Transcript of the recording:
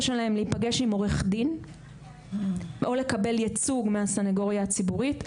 שלהם להיפגש עם עורך דין או לקבל ייצוג מהסנגוריה הציבורית.